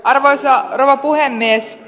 arvoisa rouva puhemies